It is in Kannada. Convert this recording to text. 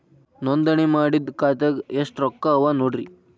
ನೋಂದಣಿ ಮಾಡಿದ್ದ ಖಾತೆದಾಗ್ ಎಷ್ಟು ರೊಕ್ಕಾ ಅವ ನೋಡ್ರಿ